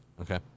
Okay